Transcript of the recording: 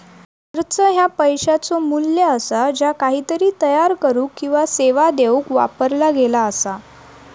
खर्च ह्या पैशाचो मू्ल्य असा ज्या काहीतरी तयार करुक किंवा सेवा देऊक वापरला गेला असा